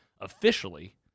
officially